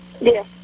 Yes